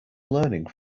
learning